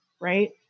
right